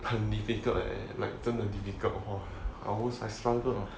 很 difficult leh like 真的 difficult hor almost I struggled